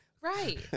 Right